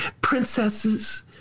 princesses